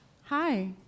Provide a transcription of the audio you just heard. Hi